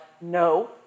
no